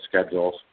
schedules